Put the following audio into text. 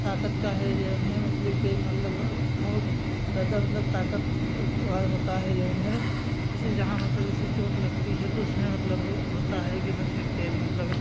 ताकत का है जऊन है मछली के तेल मतलब बहुत ज़्यादा मतलब ताकत वार होता है जऊन है ज़्यादा जहाँ मतलब जैसे चोट लगती है तो उसमें मतलब होता है कि मछली के तेल मतलब